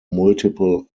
multiple